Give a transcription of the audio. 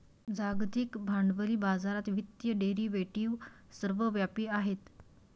जागतिक भांडवली बाजारात वित्तीय डेरिव्हेटिव्ह सर्वव्यापी आहेत